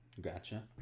Gotcha